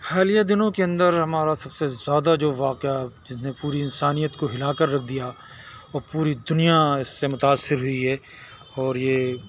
حالیہ دنوں کے اندر ہمارا سب سے زیادہ جو واقعہ جس نے پوری انسانیت کو ہلا کر رکھ دیا اور پوری دنیا اس سے متاثر ہوئی ہے اور یہ